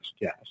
yes